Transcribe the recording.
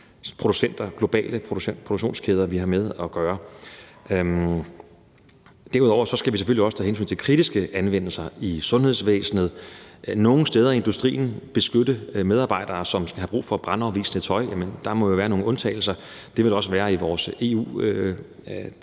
så store globale produktionskæder, som vi har med at gøre. Derudover skal vi selvfølgelig også tage hensyn til kritiske anvendelser i sundhedsvæsenet, og nogle steder i industrien bruges det til at beskytte medarbejdere, der har brug for brandafvisende tøj. Der må jo være nogle undtagelser. Det vil der også være i vores i